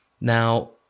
Now